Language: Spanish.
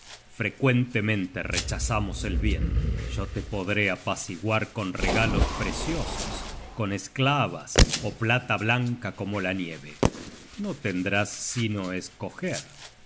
frecuentemente rechazamos el bien yo te podré apaciguar con regalos preciosos con esclavas ó plata blanca como la nieve no tendrás sino escoger